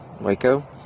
Waco